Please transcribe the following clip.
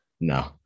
No